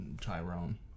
Tyrone